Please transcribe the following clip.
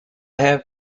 have